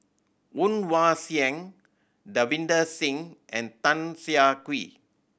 Woon Wah Siang Davinder Singh and Tan Siah Kwee